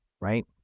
right